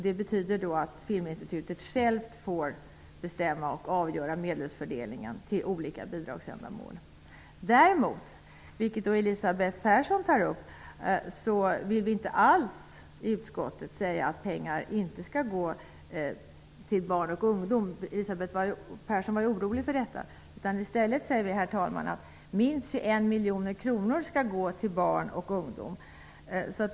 Det innebär att Filminstitutet självt får avgöra medelsfördelningen till olika bidragsändamål. Däremot -- vilket Elisabeth Persson tog upp -- vill vi i utskottet inte alls säga att pengar inte skall gå till barn och ungdom. Elisabeth Persson var ju orolig för detta. I stället säger vi att minst 21 miljoner kronor skall gå till barn och ungdom.